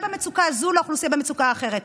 במצוקה זו לאוכלוסייה במצוקה אחרת.